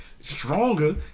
stronger